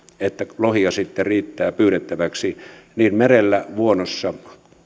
että lohia sitten riittää pyydettäväksi niin merellä vuonossa